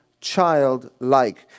childlike